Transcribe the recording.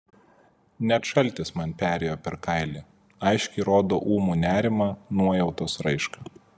net šaltis man perėjo per kailį aiškiai rodo ūmų nerimą nuojautos raišką